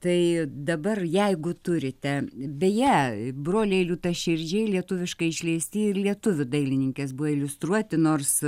tai dabar jeigu turite beje broliai liūtaširdžiai lietuviškai išleisti lietuvių dailininkės buvo iliustruoti nors